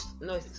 No